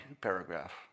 paragraph